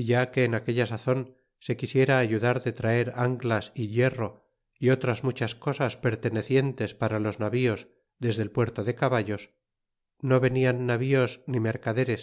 é ya que en aquella sazon se quisiera ayudar de traer anclas é hierro y otras muchas cosas pertenecientes para los navíos desde el puerto de caballos no venian navíos ni mercaderes